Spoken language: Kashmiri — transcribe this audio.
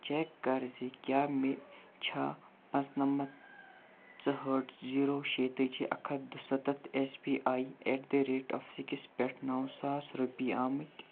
چیک کَر زِ کیٛاہ مےٚ چھا پانٛژٕنَمتھ ژُہٲٹھ زیٖرو شیٚیہِ تٲجی اَکھ ہَتھ دُسَتھ S B I at the rate of six پٮ۪ٹھٕ نَو ساس رۄپیہِ آمٕتۍ